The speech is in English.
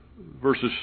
verses